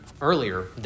earlier